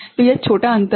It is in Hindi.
तो यह छोटा अंतर है